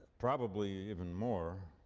probably even more.